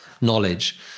knowledge